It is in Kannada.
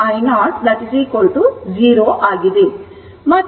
it i0 0 ಆಗಿದೆ